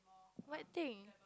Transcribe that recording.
what thing